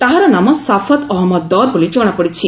ତାହାର ନାମ ଶାଫତ ଅହମ୍ମଦ ଦର୍ ବୋଲି ଜଣାପଡ଼ିଛି